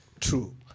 True